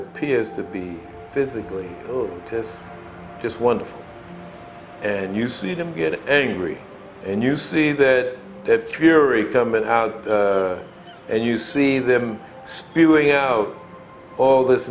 appears to be physically this just wonderful and you see them get angry and you see that cheery coming out and you see them spewing out all this